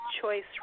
choice